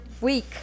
week